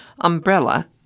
Umbrella